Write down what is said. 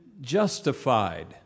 justified